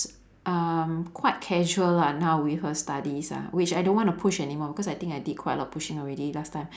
um quite casual lah now with her studies ah which I don't want to push anymore because I think I did quite a lot of pushing already last time